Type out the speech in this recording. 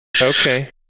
Okay